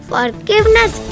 Forgiveness